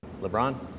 LeBron